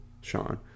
Sean